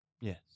Yes